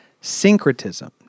syncretism